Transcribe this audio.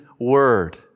Word